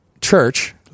church